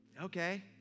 Okay